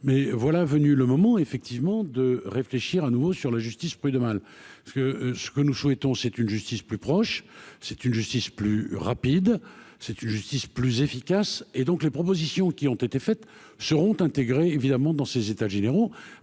mais voilà venu le moment effectivement de réfléchir à nouveau sur la justice prud'homale, parce que ce que nous souhaitons, c'est une justice plus proche, c'est une justice plus rapide, c'est une justice plus efficace, et donc les propositions qui ont été faites seront intégrés, évidemment dans ces états généraux